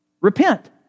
Repent